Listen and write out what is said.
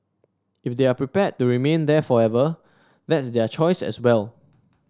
if they are prepared to remain there forever that's their choice as well